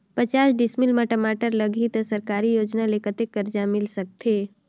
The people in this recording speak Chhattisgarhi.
पचास डिसमिल मा टमाटर लगही त सरकारी योजना ले कतेक कर्जा मिल सकथे?